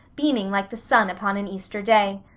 beaming like the sun upon an easter day.